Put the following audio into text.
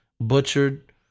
butchered